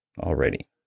already